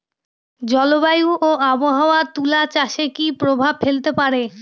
জলবায়ু ও আবহাওয়া তুলা চাষে কি প্রভাব ফেলতে পারে?